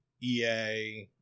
EA